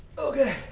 ok.